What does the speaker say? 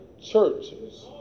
churches